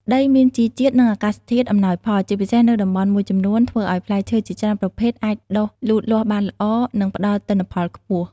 ដីមានជីជាតិ និងអាកាសធាតុអំណោយផល ជាពិសេសនៅតំបន់មួយចំនួន ធ្វើឲ្យផ្លែឈើជាច្រើនប្រភេទអាចដុះលូតលាស់បានល្អ និងផ្តល់ទិន្នផលខ្ពស់។